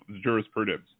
jurisprudence